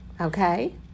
Okay